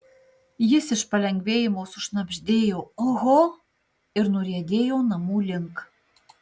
jis iš palengvėjimo sušnabždėjo oho ir nuriedėjo namų link